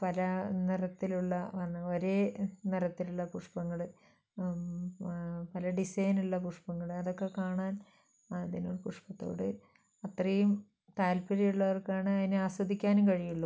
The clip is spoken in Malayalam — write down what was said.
പല നിറത്തിലുള്ളതാണ് ഒരേ നിറത്തിലുള്ള പുഷ്പ്പങ്ങൾ പല ഡിസൈനുള്ള പുഷ്പങ്ങൾ അതൊക്കെ കാണാൻ അതിനു പുഷ്പത്തോട് അത്രയും താല്പര്യമുള്ളവർക്കാണ് അതിനെ ആസ്വദിക്കാനും കഴിയുള്ളൂ